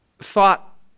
thought